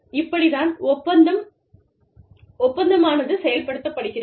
இப்படி தான் ஒப்பந்தம் செயல்படுத்தப்படுகிறது